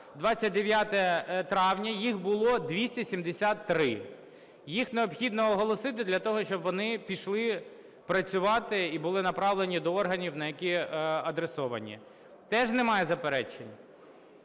29 травня їх було 273. Їх необхідно оголосити для того, щоб вони пішли працювати і були направлені до органів, на які адресовані. Теж немає заперечень?